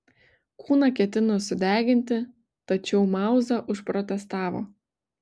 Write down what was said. kūną ketino sudeginti tačiau mauza užprotestavo